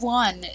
one